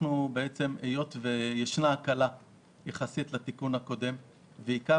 היות ויש הקלה יחסית לתיקון הקודם ועיקר